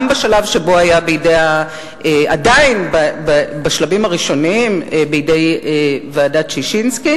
גם בשלב שבו היה העניין בשלבים הראשוניים בידי ועדת-ששינסקי,